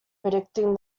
predicting